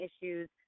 issues